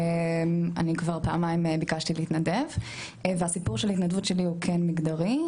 אני כבר פעמיים ביקשתי להתנדב והסיפור של ההתנדבות שלי הוא כן מגדרי,